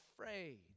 afraid